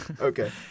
okay